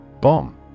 Bomb